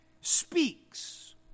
speaks